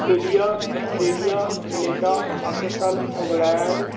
India Australia Canada Pakistan England